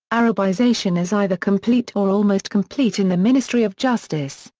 arabization is either complete or almost complete in the ministry of justice,